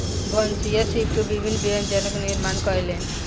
भनसिया सीप के विभिन्न व्यंजनक निर्माण कयलैन